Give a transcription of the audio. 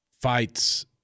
fights